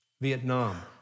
Vietnam